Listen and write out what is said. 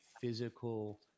physical